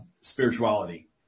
spirituality